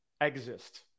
exist